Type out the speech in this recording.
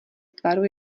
tvaru